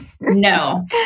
No